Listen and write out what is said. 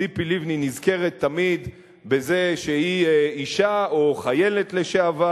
ציפי לבני נזכרת תמיד בזה שהיא אשה או חיילת לשעבר,